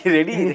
ready